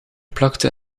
plakte